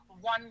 one